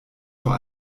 vor